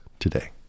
today